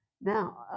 Now